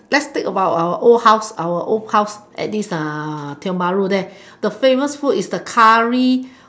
let's think about our old house our old house at this tiong-bahru there the famous food is the curry